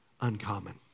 Uncommon